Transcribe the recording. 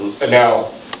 Now